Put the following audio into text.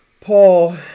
Paul